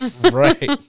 Right